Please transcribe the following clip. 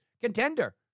contender